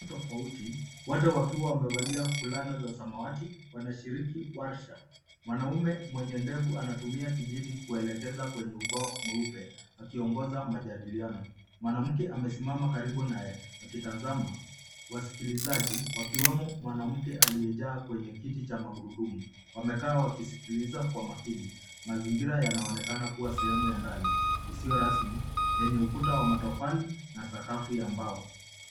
Watu tofauti wote wakiwa wamevalia fulana za samawati wanashiriki warsha. Mwanamume mwenye ndevu anatumia kijiti kuelekeza kwenye ubao mweupe akiongoza majadiliano. Mwanamke amesimama karibu naye akitazama. Wasikilizaji wakiwemo mwanamke aliyejaa kwenye kiti cha magurudumu wamekaa wakisikiliza kwa makini. Mazingira yanaonekana kuwa ya sehemu ya ndani isiyo rasmi yenye ukuta wa matofali na sakafu ya mbao.